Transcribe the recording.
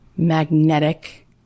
magnetic